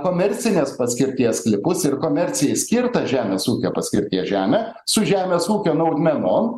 komercinės paskirties sklypus ir komercijai skirtą žemės ūkio paskirties žemę su žemės ūkio naudmenom